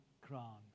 crown